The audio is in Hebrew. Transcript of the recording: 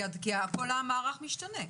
כי כל המערך משתנה.